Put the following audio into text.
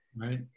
Right